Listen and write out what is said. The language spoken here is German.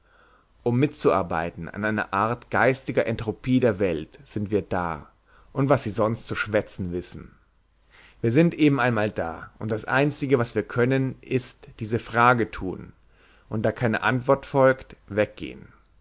um mitzuarbeiten an einer art geistiger entropie der welt sind wir da und was sie sonst zu schwätzen wissen wir sind eben einmal da und das einzige was wir können ist diese frage tun und da keine antwort folgt weggehn